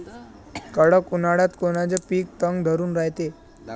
कडक उन्हाळ्यात कोनचं पिकं तग धरून रायते?